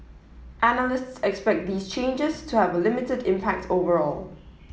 analysts expect these changes to have a limited impact overall